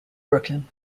brooklyn